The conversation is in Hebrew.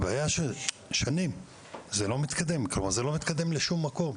הבעיה ששנים זה לא מתקדם לשום מקום,